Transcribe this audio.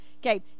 Okay